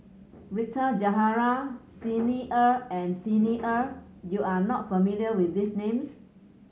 Rita Zahara Xi Ni Er and Xi Ni Er you are not familiar with these names